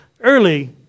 early